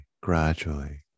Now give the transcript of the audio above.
gradually